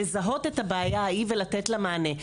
לזהות את הבעיה ההיא ולתת לה מענה.